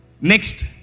Next